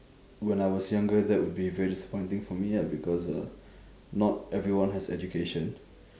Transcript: when I was younger that would be very disappointing for me ah because uh not everyone has education